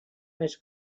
més